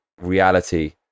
reality